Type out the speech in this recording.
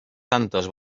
tantos